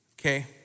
okay